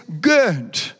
good